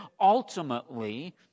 ultimately